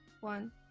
one